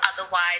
otherwise